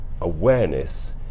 awareness